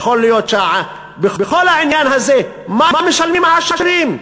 בכל העניין הזה, מה משלמים העשירים?